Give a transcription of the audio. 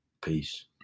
Peace